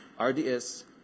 RDS